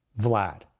Vlad